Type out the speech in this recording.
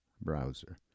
browser